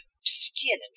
skin